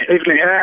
evening